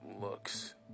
looks